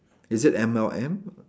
is it M_L_M